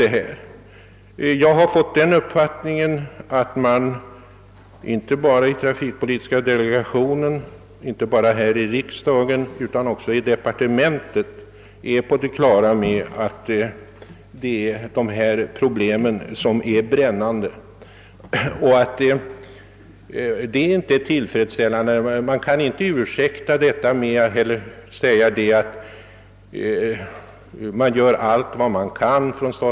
Det är också min uppfattning att man både här i riksdagen och i departementet har fullt klart för sig att problemet är brännande och att det inte är någon ursäkt att säga att man gör vad man kan inom SJ.